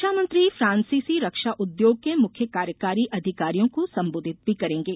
रक्षा मंत्री फ्रांसीसी रक्षा उद्योग के मुख्य कार्यकारी अधिकारियों को संबोधित भी करेंगे